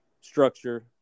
structure